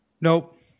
Nope